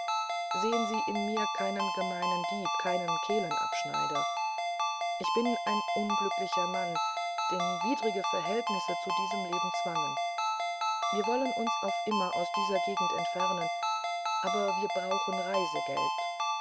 sehen sie in mir keinen gemeinen dieb keinen kehlenabschneider ich bin ein unglücklicher mann den widrige verhältnisse zu diesem leben zwangen wir wollen uns auf immer aus dieser gegend entfernen aber wir brauchen reisegeld